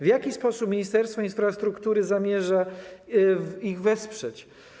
W jaki sposób Ministerstwo Infrastruktury zamierza ich wesprzeć?